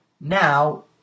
Now